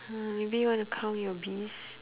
hmm maybe you want to count your bees